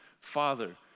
father